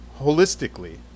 holistically